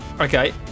okay